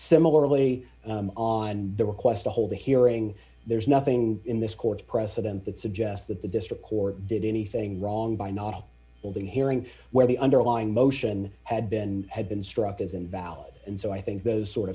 similarly on the request to hold a hearing there's nothing in this court's precedent that suggests that the district court did anything wrong by not building hearing where the underlying motion had been had been struck as invalid and so i think those sort